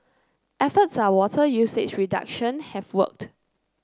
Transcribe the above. efforts are water usage reduction have worked